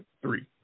three